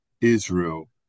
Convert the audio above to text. Israel